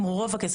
רוב הכסף,